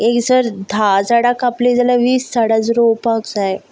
एक जर धा झाडां कापली जाल्यार वीस झाडां रोवपाक जाय